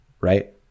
right